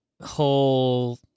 whole